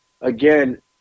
again